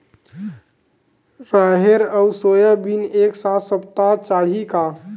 राहेर अउ सोयाबीन एक साथ सप्ता चाही का?